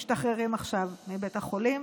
משתחררים עכשיו מבית החולים,